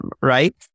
right